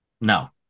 No